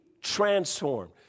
transformed